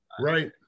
right